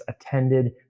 attended